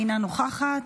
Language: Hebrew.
אינה נוכחת.